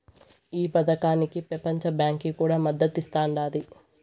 ఈ పదకానికి పెపంచ బాంకీ కూడా మద్దతిస్తాండాది